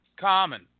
common